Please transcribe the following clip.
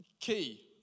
key